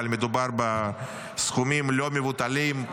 אבל מדובר בסכומים לא מבוטלים,